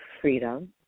freedom